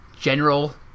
general